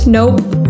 Nope